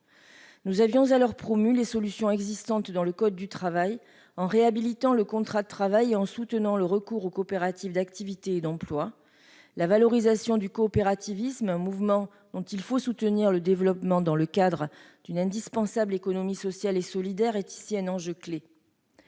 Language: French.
Nous avions promu les solutions prévues par le code du travail, en réhabilitant le contrat de travail et en soutenant le recours aux coopératives d'activité et d'emploi. En particulier, la valorisation du coopérativisme, un mouvement dont il faut soutenir le développement dans le cadre d'une indispensable économie sociale et solidaire, est un enjeu clé.